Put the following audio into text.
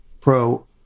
Pro